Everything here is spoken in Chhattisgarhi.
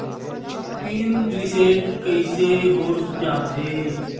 पिन रिसेट कइसे हो जाथे?